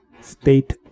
state